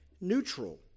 neutral